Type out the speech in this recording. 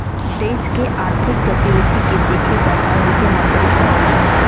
देश के आर्थिक गतिविधि के देखे क काम वित्त मंत्री करलन